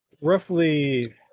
Roughly